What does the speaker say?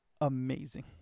amazing